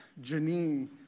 Janine